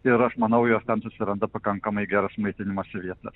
ir aš manau jos ten susiranda pakankamai geras maitinimosi vietas